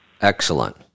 excellent